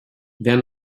wer